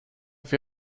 auf